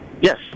Yes